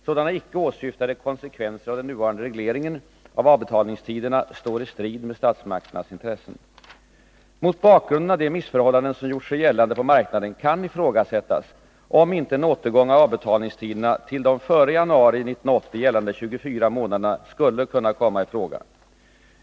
Sådana icke åsyftade konsekvenser av den nuvarande regleringen av avbetalningstiderna står i strid mot statsmakternas intressen. Mot bakgrunden av de missförhållanden som gjort sig gällande på marknaden kan ifrågasättas, om icke en återgång när det gäller avbetalningstiderna till de före januari 1980 gällande 24 månaderna skulle kunna komma i fråga.